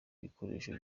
bikoresho